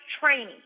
training